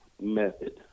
method